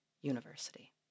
university